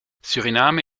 suriname